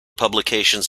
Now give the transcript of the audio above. publications